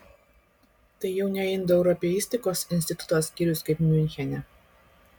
tai jau ne indoeuropeistikos instituto skyrius kaip miunchene